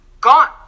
Gone